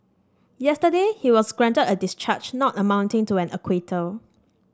yesterday he was granted a discharge not amounting to an acquittal